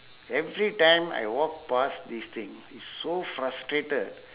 every time I walk past this thing it's so frustrated